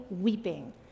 weeping